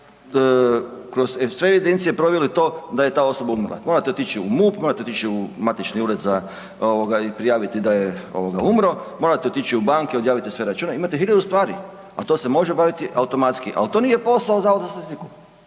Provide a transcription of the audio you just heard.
kroz sve jedinice proveli to da je ta osoba umrla. Morate otići u MUP, morate otići u Matični ured i prijaviti da je umro, morate ići u banke odjaviti sve račune imate hiljadu stvari, ali to nije posao Zavoda za statistiku,